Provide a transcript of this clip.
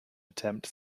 attempt